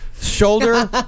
Shoulder